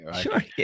Sure